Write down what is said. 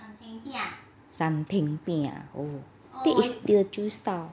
san teng piah that means teochew style